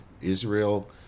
Israel